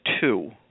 two